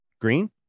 Green